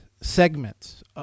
segments